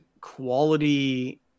quality